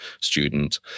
student